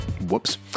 Whoops